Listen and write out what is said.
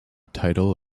title